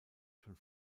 schon